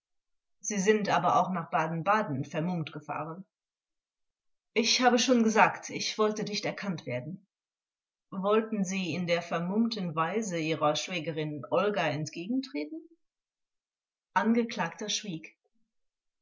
sie sind aber auch nach baden-baden vermummt gefahren angekl ich habe schon gesagt ich wollte nicht erkannt werden vors wollten sie in der vermummten weise ihrer schwägerin olga entgegentreten angeklagter schwieg